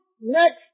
next